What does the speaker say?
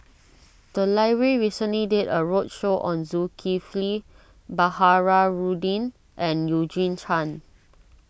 the library recently did a roadshow on Zulkifli Baharudin and Eugene Chen